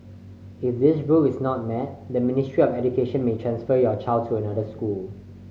if this rule is not met the Ministry of Education may transfer your child to another school